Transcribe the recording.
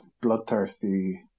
bloodthirsty